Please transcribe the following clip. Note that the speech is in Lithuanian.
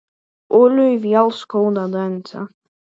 uliui vėl skauda dantį